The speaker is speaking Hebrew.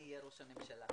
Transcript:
אני אהיה ראש הממשלה.